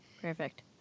Perfect